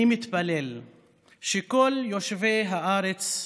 אני מתפלל שכל יושבי הארץ,